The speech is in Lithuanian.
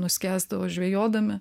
nuskęsdavo žvejodami